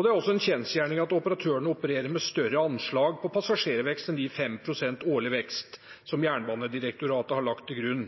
Det er også en kjensgjerning at operatørene opererer med større anslag på passasjervekst enn de 5 pst. i årlig vekst som Jernbanedirektoratet har lagt til grunn.